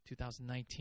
2019